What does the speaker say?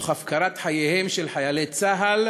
תוך הפקרת חייהם של חיילי צה"ל